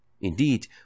Indeed